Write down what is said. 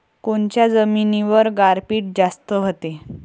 कोनच्या जमिनीवर गारपीट जास्त व्हते?